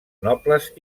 nobles